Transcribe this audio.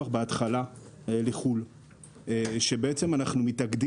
בעצם אנחנו מתאגדים עם כל מיני Open innovation